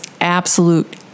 absolute